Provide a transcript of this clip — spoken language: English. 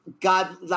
God